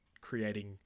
creating